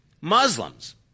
Muslims